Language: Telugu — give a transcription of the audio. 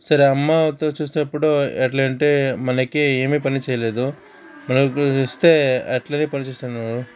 సరే అమ్మ వాళ్ళతో చూస్తే అప్పుడు ఎట్లా అంటే మనకి ఏమీ పని చేయలేదు మనకు ఇస్తే అట్లనే పనిచేస్తుంది అన్నారు